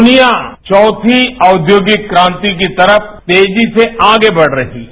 दुनिया चौथी औद्योगिक क्रांति की तरफ तेजी से आगे बढ़ रही है